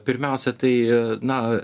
pirmiausia tai na